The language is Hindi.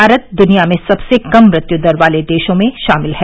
भारत द्निया में सबसे कम मृत्यु दर वाले देशों में शामिल है